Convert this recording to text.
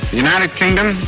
united kingdom,